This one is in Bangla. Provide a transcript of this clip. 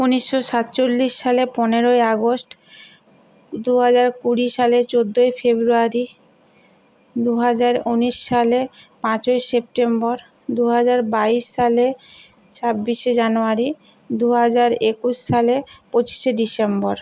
উনিশশো সাতচল্লিশ সালে পনেরোই আগস্ট দুহাজার কুড়ি সালে চোদ্দোই ফেব্রুয়ারি দুহাজার উনিশ সালে পাঁচই সেপ্টেম্বর দুহাজার বাইশ সালে ছাব্বিশে জানুয়ারি দুহাজার একুশ সালে পঁচিশে ডিসেম্বর